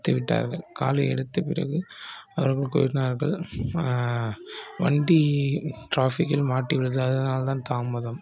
எடுத்துவிட்டார்கள் காலை எடுத்தபிறகு அவர்கள் கூறினார்கள் வண்டி டிராஃபிக்கில் மாட்டியுள்ளது அதனால்தான் தாமதம்